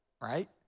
right